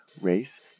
race